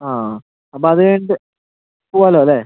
ആ അപ്പം അത് കഴിഞ്ഞിട്ട് പോവാലോ അല്ലെ